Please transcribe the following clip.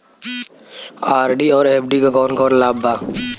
RD और FD क कौन कौन लाभ बा?